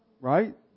Right